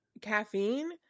Caffeine